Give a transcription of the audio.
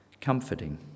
comforting